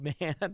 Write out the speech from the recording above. man